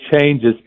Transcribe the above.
changes